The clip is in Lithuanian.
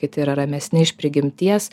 kiti yra ramesni iš prigimties